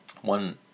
One